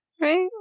right